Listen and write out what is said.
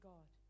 God